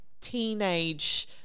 teenage